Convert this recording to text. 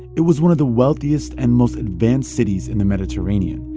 it was one of the wealthiest and most advanced cities in the mediterranean.